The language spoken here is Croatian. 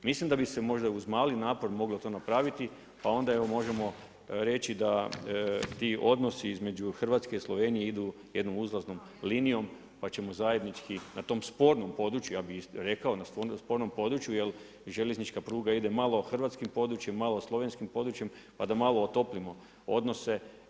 Mislim da bi se možda uz mali napor moglo to napraviti, pa onda evo možemo reći da ti odnosi između Hrvatske i Slovenije idu jednom uzlaznom linijom, pa ćemo zajednički, na tom spornom području, ja bi isto rekao, na tom spornom području, jer željeznička pruga ide malo hrvatskim područjem, malo slovenskim područjem, pa da malo otopimo odnose.